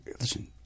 Listen